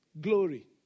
glory